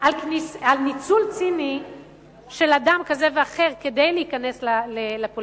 על ניצול ציני של אדם זה או אחר כדי להיכנס לפוליטיקה,